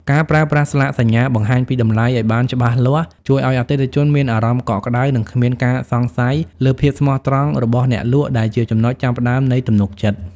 ការប្រើប្រាស់ស្លាកសញ្ញាបង្ហាញពីតម្លៃឱ្យបានច្បាស់លាស់ ជួយឱ្យអតិថិជនមានអារម្មណ៍កក់ក្ដៅ និងគ្មានការសង្ស័យលើភាពស្មោះត្រង់របស់អ្នកលក់ ដែលជាចំណុចចាប់ផ្ដើមនៃទំនុកចិត្ត។